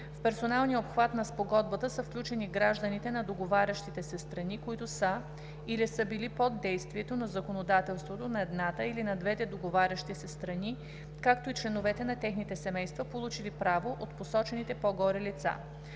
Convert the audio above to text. В персоналния обхват на Спогодбата са включени гражданите на договарящите се страни, които са или са били под действието на законодателството на едната или и на двете договарящи се страни, както и членовете на техните семейства, получили право от посочените по-горе лица.